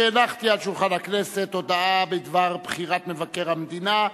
שהנחתי על שולחן הכנסת הודעה בדבר בחירת מבקר המדינה,